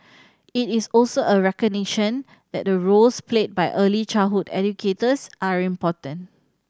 it is also a recognition that the roles played by early childhood educators are important